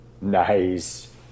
Nice